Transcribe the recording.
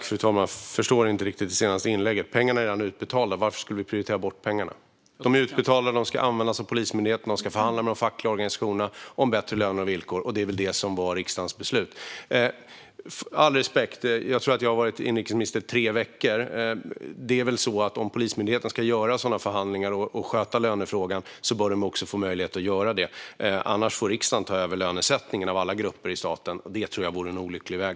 Fru talman! Jag förstår inte riktigt det senaste inlägget. Pengarna är redan utbetalda, så varför skulle vi prioritera bort dem? De är utbetalda och ska användas av Polismyndigheten, som ska förhandla med de fackliga organisationerna om bättre löner och villkor. Det var väl det som var riksdagens beslut. Med all respekt - jag tror att jag har varit inrikesminister i tre veckor. Om Polismyndigheten ska sköta lönefrågan och hålla sådana förhandlingar bör de också få möjlighet att göra detta. Annars får riksdagen ta över lönesättningen för alla grupper i staten, och det tror jag vore en olycklig väg.